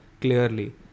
Clearly